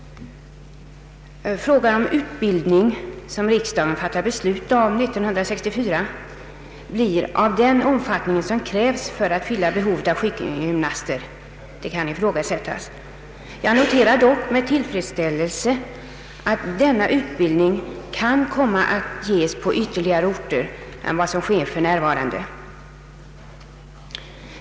Huruvida den utbildning som riksdagen beslöt år 1964 blir av den omfattning som krävs för att fylla behovet av sjukgymnaster kan ifrågasättas. Jag noterar dock med tillfredsställelse att utbildning av sjukgymnaster kan komma att anordnas på ytterligare orter än för närvarande.